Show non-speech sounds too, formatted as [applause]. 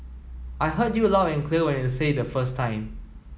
I heard you loud and [unintelligible] when you say the first time